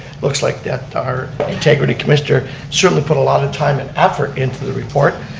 looks like our integrity commissioner certainly put a lot of time and effort into the report.